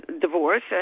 divorce